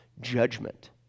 judgment